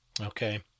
Okay